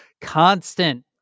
constant